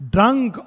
Drunk